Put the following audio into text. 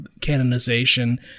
canonization